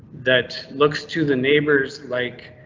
that looks to the neighbors like.